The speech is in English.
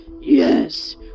Yes